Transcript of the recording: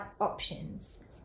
options